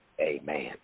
amen